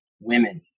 women